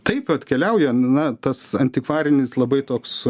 taip atkeliauja na tas antikvarinis labai toks